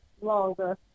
longer